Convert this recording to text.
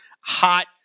hot